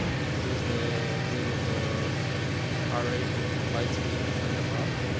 it goes the name of the array of bytes we defined above.